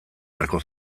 beharko